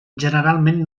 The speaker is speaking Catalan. generalment